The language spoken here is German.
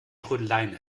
trödeleien